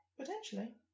Potentially